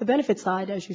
the benefit side as you